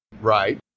Right